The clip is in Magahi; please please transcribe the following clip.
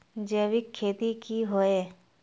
जैविक खेती की होय?